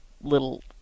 little